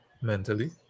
mentally